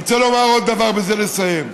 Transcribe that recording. אני רוצה לומר עוד דבר, ובזה לסיים: